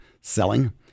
selling